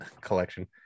collection